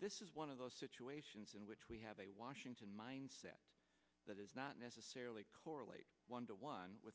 this is one of those situations in which we have a washington mindset that is not necessarily correlate one to one with